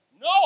No